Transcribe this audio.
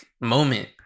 moment